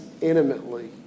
intimately